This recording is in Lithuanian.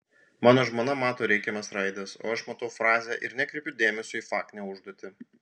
mano žmona mato reikiamas raides o aš matau frazę ir nekreipiu dėmesio į faktinę užduotį